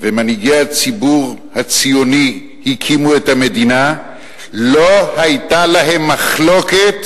ומנהיגי הציבור הציוני הקימו את המדינה לא היתה להם מחלוקת,